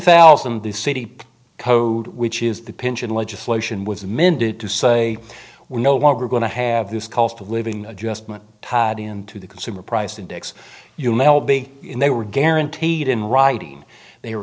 thousand the city code which is the pension legislation was amended to say we're no longer going to have this cost of living adjustment had into the consumer price index you mel b they were guaranteed in writing they were